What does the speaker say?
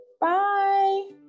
Bye